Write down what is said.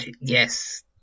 Yes